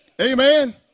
Amen